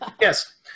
Yes